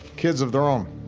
kids of their own.